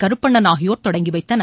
கருப்பண்ணன் ஆகியோர் தொடங்கி வைக்கனர்